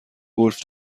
گلف